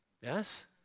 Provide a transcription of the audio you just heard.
Yes